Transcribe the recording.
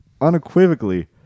unequivocally